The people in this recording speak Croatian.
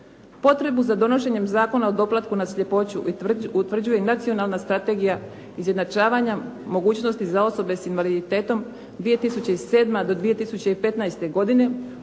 Potrebu za donošenje zakona o doplatku na sljepoću utvrđuje i Nacionalna strategija izjednačavanja mogućnosti sa invaliditetom 2007. do 2015. godine